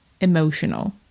emotional